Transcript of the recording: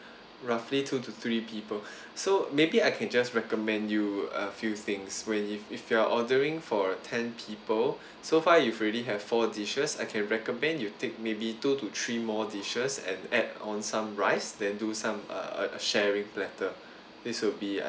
roughly two to three people so maybe I can just recommend you a few things when if if you are ordering for ten people so far you've already have four dishes I can recommend you take maybe two to three more dishes and add on some rice then do some uh uh a sharing platter this will be